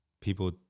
people